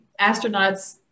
astronauts